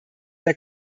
der